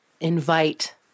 invite